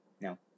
No